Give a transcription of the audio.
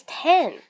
ten